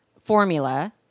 formula